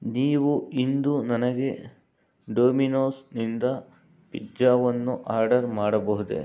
ನೀವು ಇಂದು ನನಗೆ ಡೋಮಿನೋಸ್ನಿಂದ ಪಿಜ್ಜಾವನ್ನು ಆರ್ಡರ್ ಮಾಡಬಹುದೇ